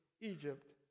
Egypt